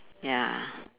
ya